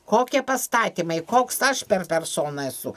kokie pastatymai koks aš per persona esu